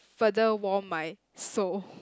further warm my soul